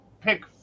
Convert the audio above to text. pick